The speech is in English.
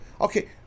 Okay